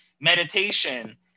Meditation